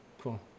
cool